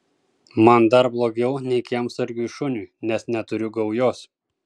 man dar blogiau nei kiemsargiui šuniui nes neturiu gaujos